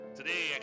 today